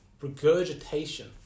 regurgitation